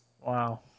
wow